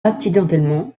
accidentellement